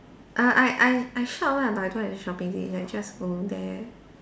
err I I I shop lah but I don't have shopping tips like just go there